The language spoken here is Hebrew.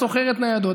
ששוכרת ניידות.